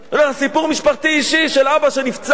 סיפור משפחתי אישי של אבא שנפצע,